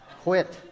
Quit